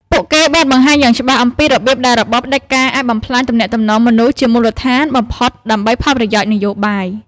ពួកគេបានបង្ហាញយ៉ាងច្បាស់អំពីរបៀបដែលរបបផ្តាច់ការអាចបំផ្លាញទំនាក់ទំនងមនុស្សជាមូលដ្ឋានបំផុតដើម្បីផលប្រយោជន៍នយោបាយ។